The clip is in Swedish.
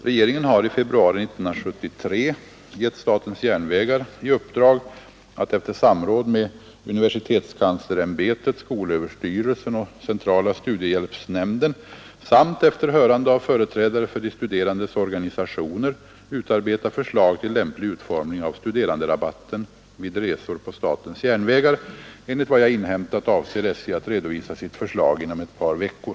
Regeringen har i februari 1973 gett SJ i uppdrag att, efter samråd med universitetskanslersämbetet, skolöverstyrelsen och centrala studiehjälpsnämnden samt efter hörande av företrädare för de studerandes organisationer, utarbeta förslag till lämplig utformning av studeranderabatten vid resor på statens järnvägar. Enligt vad jag inhämtat avser SJ att redovisa sitt förslag inom ett par veckor.